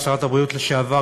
שרת הבריאות לשעבר,